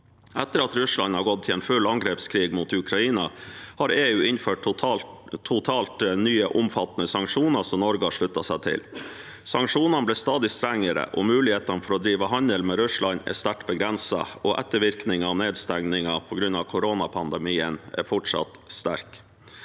Etter at Russland har gått til en full angrepskrig mot Ukraina, har EU innført totalt nye, omfattende sanksjoner som Norge har sluttet seg til. Sanksjonene er blitt stadig strengere, og mulighetene for å drive handel med Russland er sterkt begrenset. Ettervirkningene av nedstengningen på grunn av koronapandemien er fortsatt sterke.